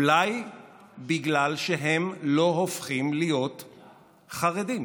אולי בגלל שהם לא הופכים להיות חרדים.